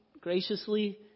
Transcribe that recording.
graciously